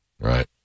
Right